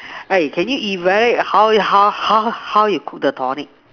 eh can you evaluate how how how how you cook the tonic